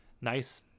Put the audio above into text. nice